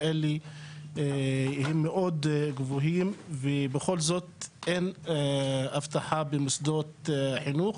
מאוד גבוה, ובכל זאת אין אבטחה במוסדות החינוך.